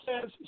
says